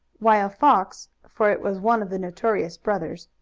while fox, for it was one of the notorious brothers,